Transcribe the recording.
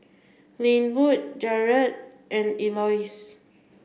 Linwood Jarad and Elois